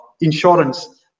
insurance